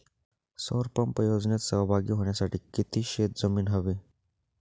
सौर पंप योजनेत सहभागी होण्यासाठी किती शेत जमीन हवी?